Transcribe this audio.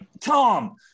Tom